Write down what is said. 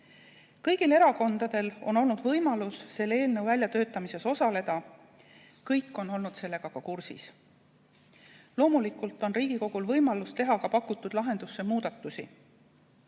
Kõigil erakondadel on olnud võimalus selle eelnõu väljatöötamises osaleda, kõik on olnud sellega ka kursis. Loomulikult on Riigikogul võimalus teha pakutud lahendusse ka muudatusi.